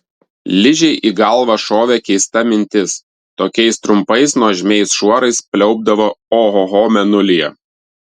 ližei į galvą šovė keista mintis tokiais trumpais nuožmiais šuorais pliaupdavo ohoho mėnulyje